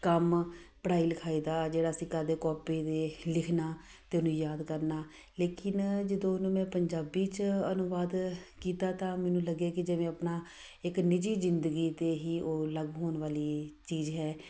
ਕੰਮ ਪੜ੍ਹਾਈ ਲਿਖਾਈ ਦਾ ਜਿਹੜਾ ਅਸੀਂ ਕਰਦੇ ਕੋਪੀ 'ਤੇ ਲਿਖਣਾ ਅਤੇ ਉਹਨੂੰ ਯਾਦ ਕਰਨਾ ਲੇਕਿਨ ਜਦੋਂ ਉਹਨੂੰ ਮੈਂ ਪੰਜਾਬੀ 'ਚ ਅਨੁਵਾਦ ਕੀਤਾ ਤਾਂ ਮੈਨੂੰ ਲੱਗਿਆ ਕਿ ਜਿਵੇਂ ਆਪਣਾ ਇੱਕ ਨਿੱਜੀ ਜ਼ਿੰਦਗੀ 'ਤੇ ਹੀ ਉਹ ਲਾਗੂ ਹੋਣ ਵਾਲੀ ਚੀਜ਼ ਹੈ